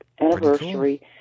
anniversary